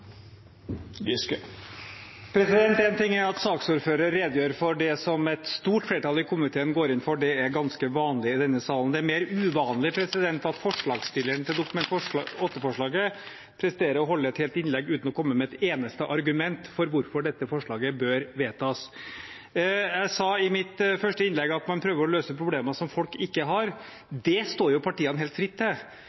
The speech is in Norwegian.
En ting er at saksordføreren redegjør for det som et stort flertall i komiteen går inn for. Det er ganske vanlig i denne salen. Det er mer uvanlig at forslagsstilleren til Dokument 8-forslaget presterer å holde et helt innlegg uten å komme med et eneste argument for hvorfor dette forslaget bør vedtas. Jeg sa i mitt første innlegg at man prøver å løse problemer folk ikke har.